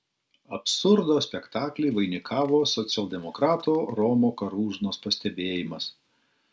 absurdo spektaklį vainikavo socialdemokrato romo karūžnos pastebėjimas